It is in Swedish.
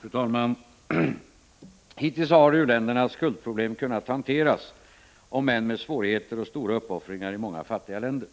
Fru talman! Hittills har u-ländernas skuldproblem kunnat hanteras, om än med svårigheter och stora uppoffringar i många fattiga länder.